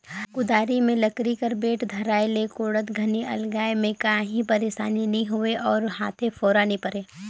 कुदारी मे लकरी कर बेठ धराए ले कोड़त घनी अलगाए मे काही पइरसानी नी होए अउ हाथे फोरा नी परे